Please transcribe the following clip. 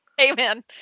amen